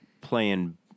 playing